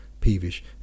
peevish